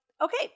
okay